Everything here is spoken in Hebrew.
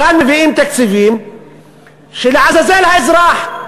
כאן מביאים תקציבים שלעזאזל האזרח,